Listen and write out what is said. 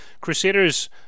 Crusaders